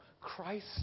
Christ